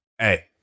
hey